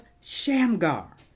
Shamgar